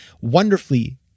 wonderfully